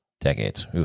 decades